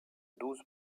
douze